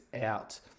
out